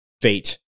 fate